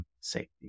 safety